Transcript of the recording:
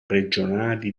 regionali